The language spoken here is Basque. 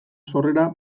sorrera